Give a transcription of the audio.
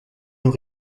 nous